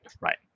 Right